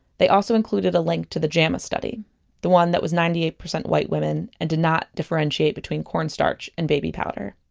they also included a link to the jama study the one that was ninety eight percent white women and did not differentiate between cornstarch and baby powder